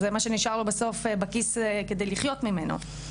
זה מה שנשאר לו בסוף בכיס כדי לחיות ממנו.